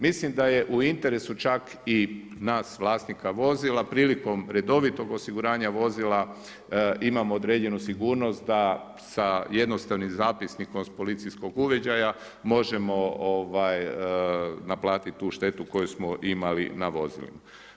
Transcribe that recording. Mislim da je u interesu čak i nas vlasnika vozila prilikom redovitog osiguranja vozila imamo određenu sigurnost da sa jednostavnim zapisnikom sa policijskog uviđaja možemo naplatiti tu štetu koju smo imali na vozilu.